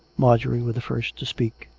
mar jorie was the first to speak.